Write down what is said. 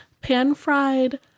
pan-fried